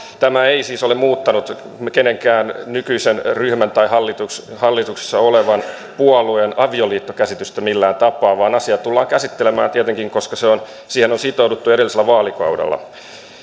tämä ei siis ole muuttanut kenenkään nykyisen ryhmän tai hallituksessa olevan puolueen avioliittokäsitystä millään tapaa vaan asia tullaan tietenkin käsittelemään koska siihen on sitouduttu edellisellä vaalikaudella